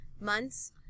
months